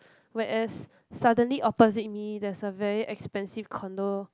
whereas suddenly opposite me there's a very expensive condo